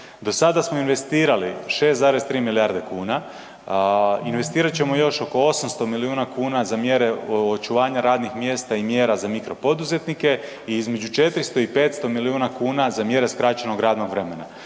Do sada smo investirali 6,3 milijarde kuna, investirati ćemo još oko 800 miliona kuna za mjere očuvanja radnih mjesta i mjera za mikropoduzetnike i između 400 i 500 miliona kuna za mjere skraćenog radnog vremena.